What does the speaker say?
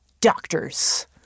doctors